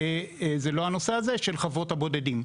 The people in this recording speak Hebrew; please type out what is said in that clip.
זה לא הנושא הזה של חוות הבודדים.